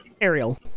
Ariel